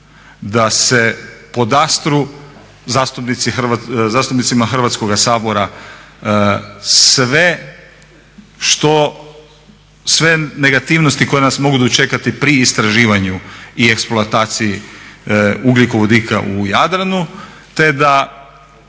da se podastru zastupnicima Hrvatskoga sabora sve što, sve negativnosti koje nas mogu dočekati pri istraživanju i eksploataciji ugljikovodika u Jadranu. Te da